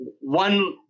one